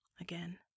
Again